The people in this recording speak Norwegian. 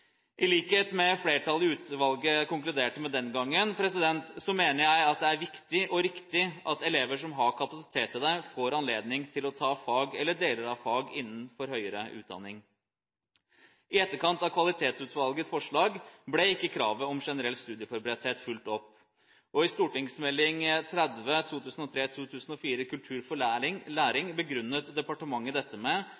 I likhet med det flertallet i utvalget konkluderte med den gangen, mener jeg at det er viktig, og riktig, at elever som har kapasitet til det, får anledning til å ta fag eller deler av fag innenfor høyere utdanning. I etterkant av Kvalitetsutvalgets forslag ble ikke kravet om generell studieforberedthet fulgt opp. I St.meld nr. 30 for 2003–2004, Kultur for